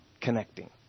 connecting